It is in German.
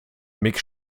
mick